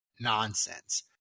nonsense